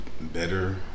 better